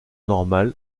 normal